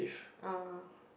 oh